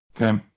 okay